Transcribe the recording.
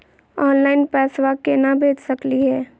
Online पैसवा केना भेज सकली हे?